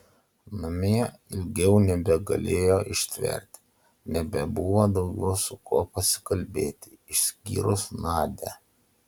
namie ilgiau nebegalėjo ištverti nebebuvo daugiau su kuo pasikalbėti išskyrus nadią